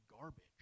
garbage